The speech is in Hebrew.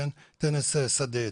טניס שדה,